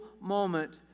moment